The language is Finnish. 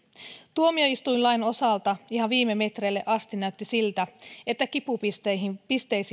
tuomioistuinlain osalta ihan viime metreille asti näytti siltä että kipupisteisiin